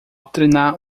treinar